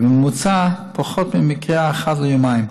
ובממוצע פחות ממקרה אחד ליומיים,